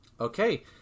okay